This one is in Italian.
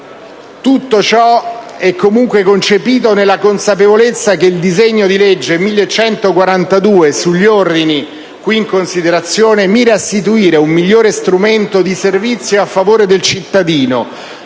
Tutto ciò è comunque concepito nella consapevolezza che il disegno di legge n. 1142 sugli ordini qui in considerazione mira a istituire un migliore strumento di servizio a favore del cittadino,